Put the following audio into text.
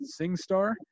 SingStar